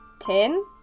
ten